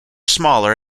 smaller